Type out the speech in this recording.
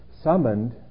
summoned